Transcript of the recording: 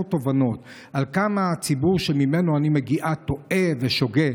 תובנות על כמה הציבור שממנו אני מגיעה טועה ושוגה.